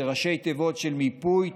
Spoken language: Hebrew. ראשי תיבות של מיפוי,